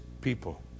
people